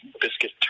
Biscuit